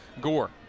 Gore